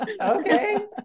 Okay